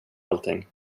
allting